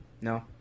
No